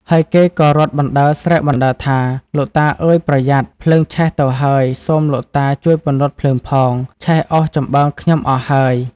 ហើយគេក៏រត់បណ្តើរស្រែកបណ្តើរថា លោកតាអើយប្រយ័ត្ន! ភ្លើងឆេះទៅហើយ សូមលោកតាជួយពន្លត់ភ្លើងផង ឆេះអុសចំបើងខ្ញុំអស់ហើយ។